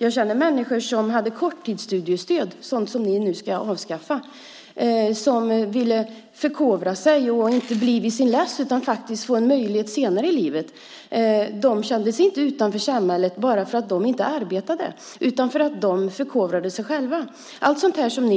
Jag känner människor som hade korttidsstudiestöd, vilket ni nu ska avskaffa, och som ville förkovra sig och inte bli vid sin läst utan faktiskt få en möjlighet senare i livet. De kände sig inte utanför samhället bara därför att de inte arbetade. De förkovrade sig. Allt sådant